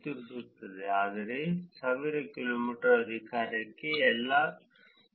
ಈ 0 ಇಂದ 20 ರುಪಾಯಿಗಳು ಇಲ್ಲಿ ರೇಖಾಚಿತ್ರ ಇದು 0 20 ಕಿಲೋಮೀಟರ್ ರಿಂದ ಒಳಗೆ ನೋಡಬಹುದು ಆದರೆ 1000 ಕಿ